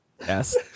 Yes